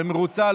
במרוצה.